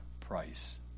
price